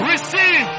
receive